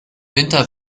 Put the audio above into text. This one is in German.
winter